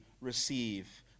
receive